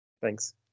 Thanks